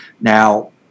Now